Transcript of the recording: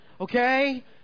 okay